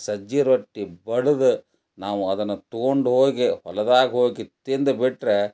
ಸಜ್ಜಿ ರೊಟ್ಟಿ ಬಡೆದು ನಾವು ಅದನ್ನು ತೊಗೊಂಡು ಹೋಗಿ ಹೊಲದಾಗ ಹೋಗಿ ತಿಂದು ಬಿಟ್ರೆ